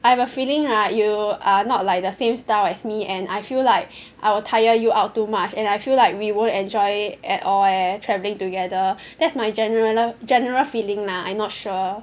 I have a feeling right you are not like the same style as me and I feel like I will tire you out too much and I feel like we won't enjoy at all eh travelling together that's my general general feeling lah I not sure